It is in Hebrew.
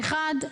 הראשון,